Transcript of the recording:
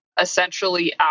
essentially